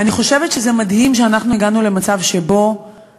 אני חושבת שזה מדהים שאנחנו הגענו למצב שתרומות